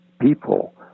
people